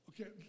Okay